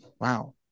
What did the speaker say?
Wow